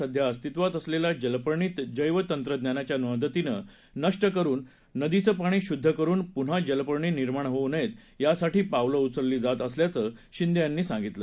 सध्या अस्तित्वात असलेल्या जलपर्णी जैवतंत्रज्ञानाच्या मदतीनं नष्ट करून नदीचं पाणी शुद्ध करून पुन्हा जलपर्णी निर्माण होऊ नयेत यासाठी पावले उचलली जात असल्याचं शिंदे यांनी सांगितलं